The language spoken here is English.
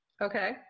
Okay